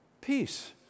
Peace